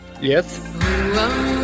Yes